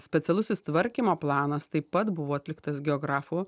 specialusis tvarkymo planas taip pat buvo atliktas geografų